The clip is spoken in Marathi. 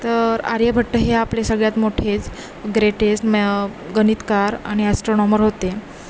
तर आर्यभट्ट हे आपले सगळ्यात मोठेच ग्रेटेस्ट म गणितकार आणि ॲस्ट्रॉनॉमर होते